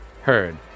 heard